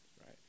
right